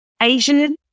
Asian